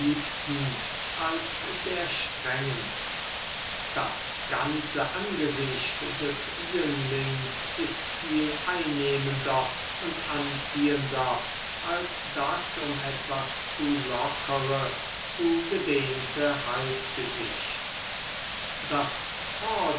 als der strengen das ganze angesicht des jünglings ist viel einnehmender und anziehender als das um etwas zu lockere zu gedehnte halbgesicht das